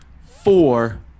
four